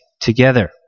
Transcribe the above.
together